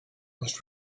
was